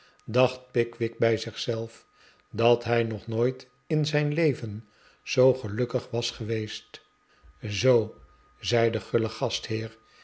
dacht pickwick bij zichzelf dat hij nog nooit in zijn leven zoo gelukkig was geweest zoo zei de guile gastheer